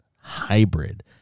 hybrid